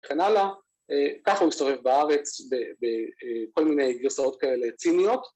‫וכן הלאה. ככה הוא מסתובב בארץ ‫ב... ב... בכל מיני גרסאות כאלה ציניות.